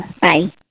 Bye